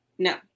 No